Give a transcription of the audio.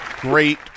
Great